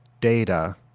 data